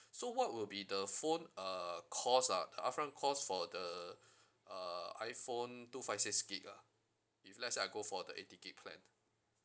so what will be the phone uh cost ah the upfront cost for the uh iphone two five six gigabyte ah if let's say I go for the eighty gigabyte plan